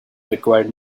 required